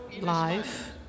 life